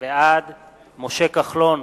בעד משה כחלון,